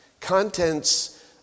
contents